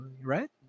right